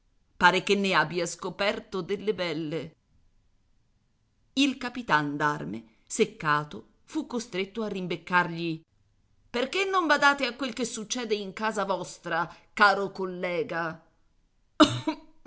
pare che ne abbia scoperto delle belle il capitan d'arme seccato fu costretto a rimbeccargli perché non badate a quel che succede in casa vostra caro collega